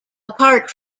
apart